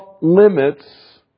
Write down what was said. limits